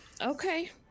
Okay